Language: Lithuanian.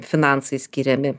finansai skiriami